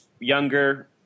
Younger